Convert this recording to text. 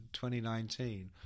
2019